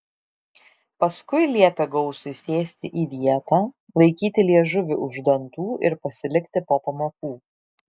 paskui liepė gausui sėsti į vietą laikyti liežuvį už dantų ir pasilikti po pamokų